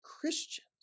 Christians